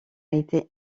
été